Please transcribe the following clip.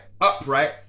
upright